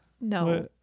no